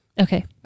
Okay